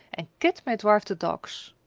and kit may drive the dogs.